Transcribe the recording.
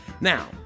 Now